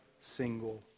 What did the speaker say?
single